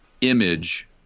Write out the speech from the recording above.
image